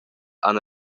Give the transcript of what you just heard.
han